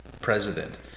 president